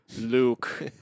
Luke